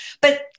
but-